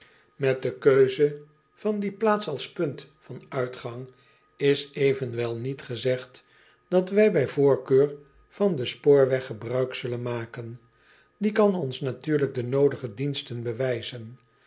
et de keuze van die plaats als punt van uitgang is evenwel niet gezegd dat wij bij voorkeur van den spoorweg gebruik zullen maken ie kan ons natuurlijk de noodige diensten bewijzen